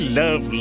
love